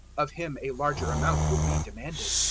of him a larger amount will be demanded.